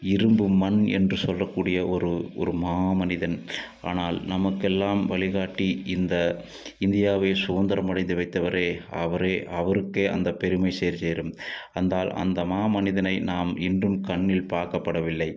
இரும்பு மண் என்று சொல்லக்கூடிய ஒரு ஒரு மாமனிதன் ஆனால் நமக்கெல்லாம் வழிகாட்டி இந்த இந்தியாவை சுதந்திரம் அடைந்து வைத்தவரே அவரே அவருக்கே அந்த பெருமை சேரும் அந்த ஆள் அந்த மாமனிதனை நாம் இன்றும் கண்ணில் பார்க்கப்படவில்லை